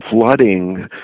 flooding